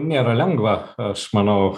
nėra lengva aš manau